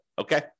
Okay